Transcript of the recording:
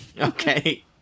Okay